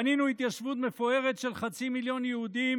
בנינו התיישבות מפוארת של חצי מיליון יהודים,